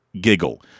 giggle